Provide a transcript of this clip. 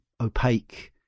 opaque